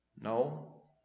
No